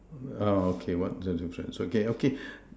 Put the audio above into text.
uh okay what's there to treads okay okay